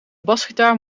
basgitaar